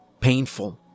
painful